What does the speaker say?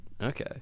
okay